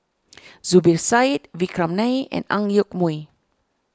Zubir Said Vikram Nair and Ang Yoke Mooi